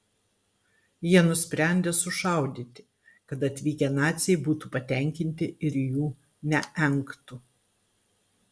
jie nusprendė sušaudyti kad atvykę naciai būtų patenkinti ir jų neengtų